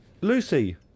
Lucy